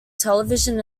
television